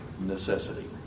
necessity